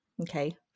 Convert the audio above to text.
Okay